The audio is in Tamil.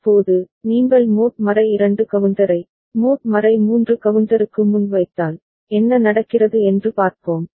இப்போது நீங்கள் மோட் 2 கவுண்டரை மோட் 3 கவுண்டருக்கு முன் வைத்தால் என்ன நடக்கிறது என்று பார்ப்போம்